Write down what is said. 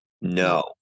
no